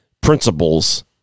principles